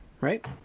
right